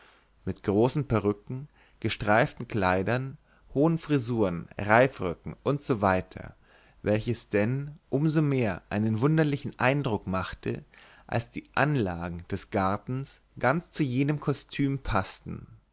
mit großen perücken gesteiften kleidern hohen frisuren reifröcken usw welches denn um so mehr einen wunderlichen eindruck machte als die anlagen des gartens ganz zu jenem kostüm paßten